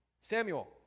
Samuel